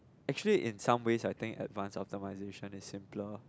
actually in some way I think advance optimisation is more simpler